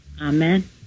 amen